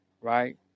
right